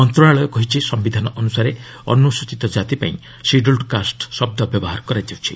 ମନ୍ତଶାଳୟ କହିଛି ସିୟିଧାନ ଅନୁସାରେ ଅନୁସ୍ଚିତ କାତି ପାଇଁ ସିଡ୍ୟୁଲ୍ କାଷ୍ଟ ଶବ୍ଦ ବ୍ୟବହାର କରାଯାଉଛି